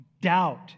doubt